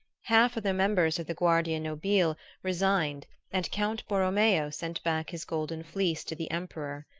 half the members of the guardia nobile resigned and count borromeo sent back his golden fleece to the emperor.